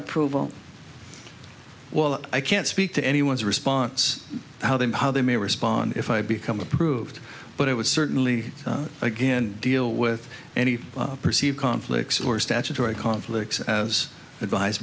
approval well i can't speak to anyone's response how them how they may respond if i become approved but i would certainly again deal with any perceived conflicts or statutory conflicts as advise